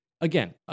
Again